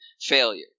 failure